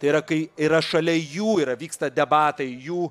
tai yra kai yra šalia jų yra vyksta debatai jų